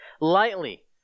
lightly